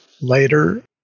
later